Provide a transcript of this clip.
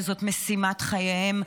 שזאת משימת חייהם,